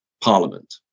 parliament